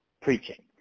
preaching